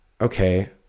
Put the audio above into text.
okay